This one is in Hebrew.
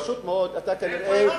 פשוט מאוד אתה כנראה,